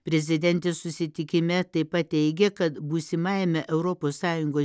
prezidentė susitikime taip pat teigė kad būsimajame europos sąjungos